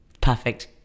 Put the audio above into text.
perfect